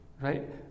right